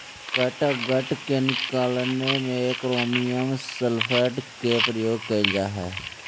catgut के निकालने में क्रोमियम सॉल्ट के प्रयोग कइल जा हई